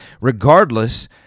Regardless